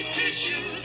tissue